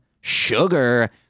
sugar